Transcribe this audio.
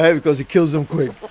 yeah because he kills them quick